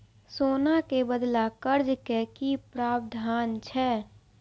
सोना के बदला कर्ज के कि प्रावधान छै?